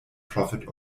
profit